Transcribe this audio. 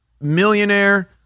millionaire